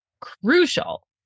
crucial